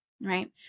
right